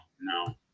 no